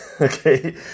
Okay